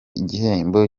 igihembo